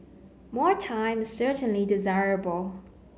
more time is certainly desirable